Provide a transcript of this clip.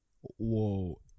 Whoa